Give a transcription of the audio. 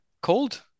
Cold